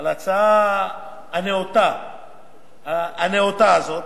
על ההצעה הנאותה הזאת.